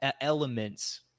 elements